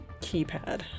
Keypad